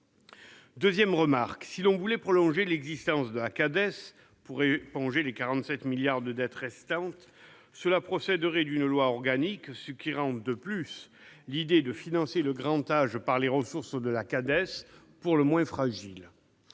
Deuxièmement, si l'on voulait prolonger l'existence de la Cades pour éponger les 47 milliards d'euros de dette restants, cela procéderait d'une loi organique, ce qui rend l'idée de financer le grand âge par les ressources de la Cades pour le moins fragile.